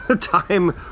Time